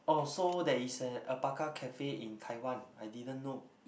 oh so there is a alpaca cafe in Taiwan I didn't know